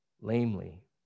lamely